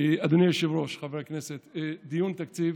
אדוני היושב-ראש, חברי הכנסת, דיון תקציב